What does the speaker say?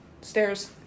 stairs